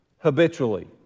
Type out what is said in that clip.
habitually